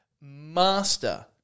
master